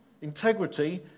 Integrity